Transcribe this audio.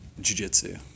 jiu-jitsu